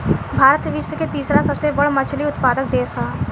भारत विश्व के तीसरा सबसे बड़ मछली उत्पादक देश ह